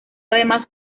además